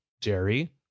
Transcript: Jerry